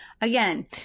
again